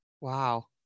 Wow